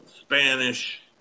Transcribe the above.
Spanish